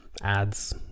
Ads